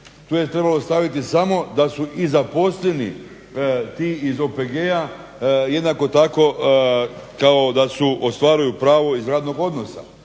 Tu je trebalo staviti samo da su i zaposleni ti iz OPG-a jednako tako kao da ostvaruju pravo iz radnog odnosa.